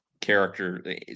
character